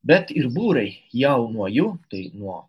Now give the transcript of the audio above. bet ir būrai jau nuo jų tai nuo